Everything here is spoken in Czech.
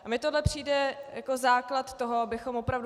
A mně tohle přijde jako základ toho, abychom opravdu...